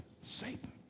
Satan